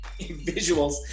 Visuals